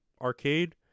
Arcade